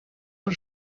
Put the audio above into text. per